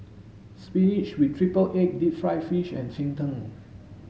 spinach with triple egg deep fried fish and cheng tng